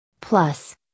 Plus